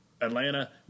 Atlanta